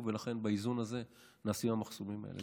ולכן באיזון הזה נעשים המחסומים האלה.